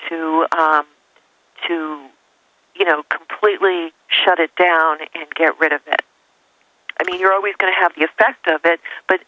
two to you know completely shut it down and get rid of it i mean you're always going to have the effect of it but